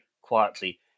quietly